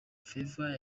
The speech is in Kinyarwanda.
favor